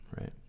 right